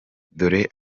dore